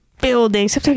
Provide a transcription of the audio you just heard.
buildings